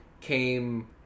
came